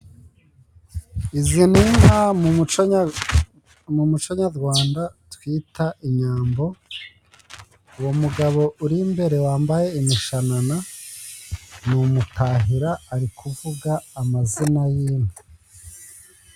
Izi nI inka mu muco nyarwanda twita inyambo, uwo mugabo uri imbere wambaye imishanana ni umutahira ari kuvuga amazina y'inka.